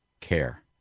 care